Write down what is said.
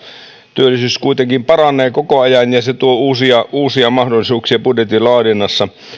työllisyys kuitenkin paranee koko ajan ja se tuo uusia uusia mahdollisuuksia budjetin laadinnassa